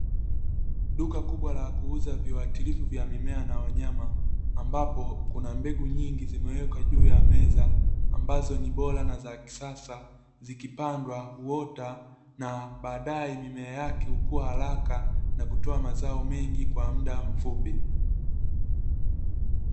Duka kubwa la kuuza viuatilifu vya mimea na wanyama, ambapo kuna mbegu nyingi zimewekwa juu ya meza, ambazo ni bora na za kisasa; zikipandwa huota na baadaye mimea yake hukua haraka na kutoa mazao mengi kwa muda mfupi.